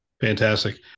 Fantastic